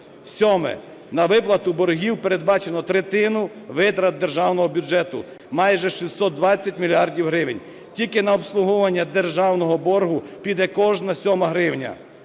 Сьоме. На виплату боргів передбачено третину витрат державного бюджету, майже 620 мільярдів гривень. Тільки на обслуговування державного боргу піде кожна сьома гривня.